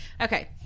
Okay